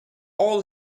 all